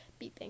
beeping